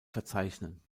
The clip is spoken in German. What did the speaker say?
verzeichnen